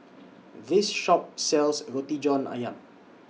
This Shop sells Roti John Ayam